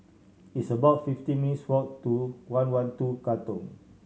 it's about fifteen minutes' walk to one One Two Katong